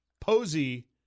posey